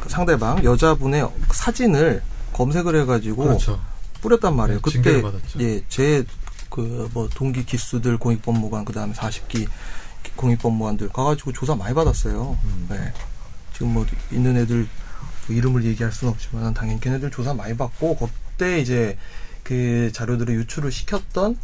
그 상대방, 여자분의 사진을 검색을 해가지고 그렇죠. 뿌렸단 네, 말이에요. 그때 징계를 받았죠. 예, 제 그 뭐 동기 기수들, 공익법무관, 그다음에 40기 공익법무관들 가가지고 조사 많이 받았어요. 음. 네. 지금 뭐 있는 애들 뭐 이름을 얘기할 순 없지만은 당연히 걔네들 조사 많이 받고 그때 이제 그 자료들을 유출을 시켰던